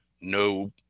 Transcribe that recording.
No